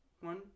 one